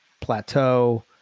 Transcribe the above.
Plateau